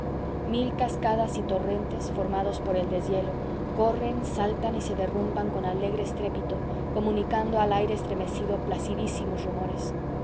mil cascadas y torrentes formados por el deshielo corren saltan y se derrumban con alegre estrépito comunicando al aire estremecido placidísimos rumores